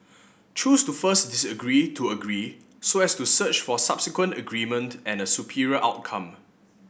choose to first disagree to agree so as to search for subsequent agreement and a superior outcome